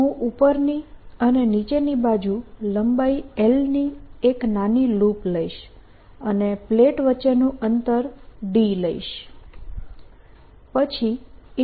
હું ઉપરની અને નીચેની બાજુ લંબાઈ l ની એક નાની લૂપ લઈશ અને પ્લેટો વચ્ચેનું અંતર d લઈશ